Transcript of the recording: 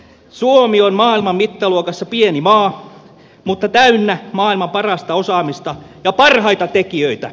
suomi on maailman mittaluokassa pieni maa mutta täynnä maailman parasta osaamista ja parhaita tekijöitä